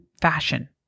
fashion